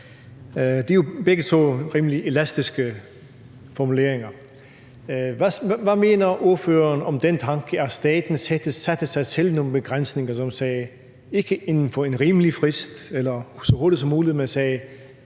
Det er jo begge rimelig elastiske formuleringer. Hvad mener ordføreren om den tanke, at staten selv satte sig nogle begrænsninger, som ikke sagde inden for en rimelig frist eller så hurtigt som muligt, men at